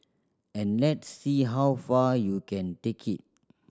and let's see how far you can take it